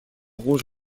rouge